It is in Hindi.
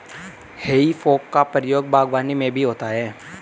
हेइ फोक का प्रयोग बागवानी में भी होता है